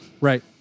Right